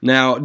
Now